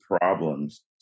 problems